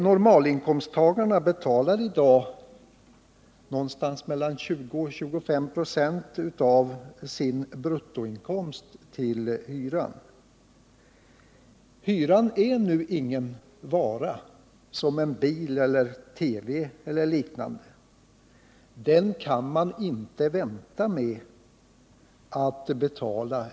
Normalinkomsttagaren betalar i dag mellan 20 och 25 96 av sin bruttoinkomst i hyra. Hyran är emellertid ingen vara som en bil, en TV-apparat eller liknande. Hyran kan man inte vänta med att betala.